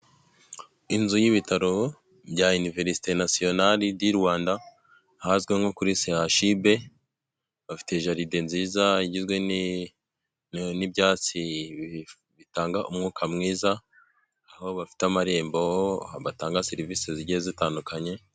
Inzu y'ibitaro bya iniverisite nasiyonari di Rwanda ahazwi nko kuri sehashibe, bafite jaride nziza igizwe n'ibyatsi bitanga umwuka mwiza, aho bafite amarembo batanga serivisi zigiye zitandukanye.